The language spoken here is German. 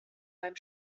beim